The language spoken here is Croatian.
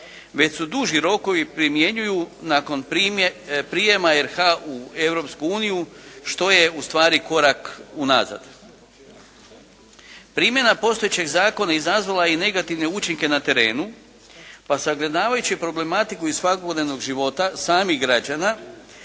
već se duži rokovi primjenjuju nakon prijema RH u Europsku uniju što je u stvari korak unazad. Primjena postojećeg zakona izazvala je i negativne učinke na terenu, pa sagledavajući problematiku iz svakodnevnog života samih građana